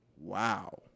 Wow